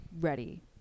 ready